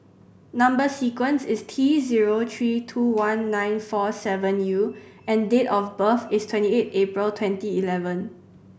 number sequence is T zero three two one nine four seven U and date of birth is twenty eight April twenty eleven